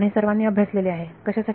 आपण हे सर्वांनी अभ्यासले आहे कशासाठी